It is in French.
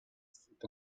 c’est